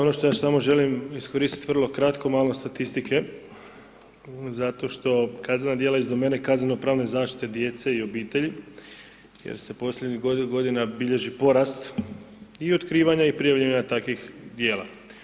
Ono što ja samo želim iskoristiti vrlo kratko malo statistike zato što kaznena djela iz domene kaznenopravne zaštite djece i obitelji jer se posljednjih godina bilježi porast i otkrivanja i prijavljivanja takvih djela.